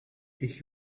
ich